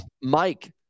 Mike